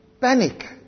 panic